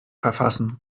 verfassen